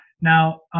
Now